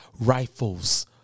rifles